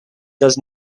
does